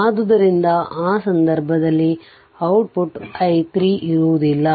ಆದ್ದರಿಂದ ಆ ಸಂದರ್ಭದಲ್ಲಿ ಔಟ್ಪುಟ್ i 3 ಇರುವುದಿಲ್ಲ